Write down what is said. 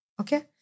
Okay